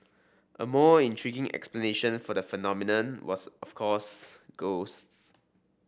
a more intriguing explanation for the phenomenon was of course ghosts